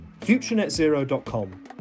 Futurenetzero.com